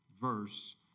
verse